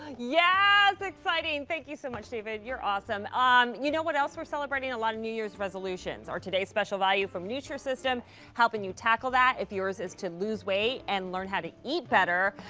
yeah exciting. thank you so much, david. you're awesome. um you know what else we're celebrating a lot of new year's resolutions. our today's special value from nutrisystem helping you tackle that if yours is to lose weight and learn how to eat better.